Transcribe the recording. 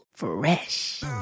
Fresh